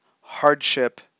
hardship